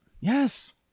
Yes